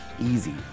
easy